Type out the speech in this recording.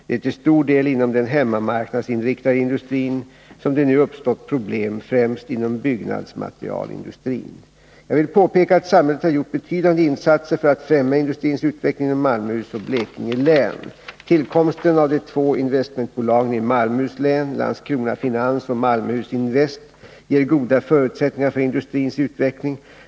Det är till stor del inom den hemmamarknadsinriktade industrin som det nu uppstått problem — främst inom byggnadsmaterialindustrin. Jag vill påpeka att samhället har gjort betydande insatser för att främja industrins utveckling inom Malmöhus och Blekinge län. Tillkomsten av de två investmentbolagen i Malmöhus län, Landskrona Finans och Malmöhus-Invest, ger goda förutsättningar för industrins utveckling.